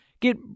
Get